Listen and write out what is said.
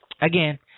again